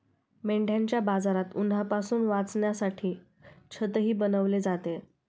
मेंढ्यांच्या बाजारात उन्हापासून वाचण्यासाठी छतही बनवले जाते